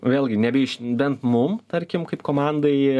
vėlgi nebe iš bent mum tarkim kaip komandai